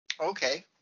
Okay